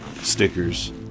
stickers